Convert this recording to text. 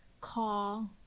call